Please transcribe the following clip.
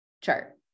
chart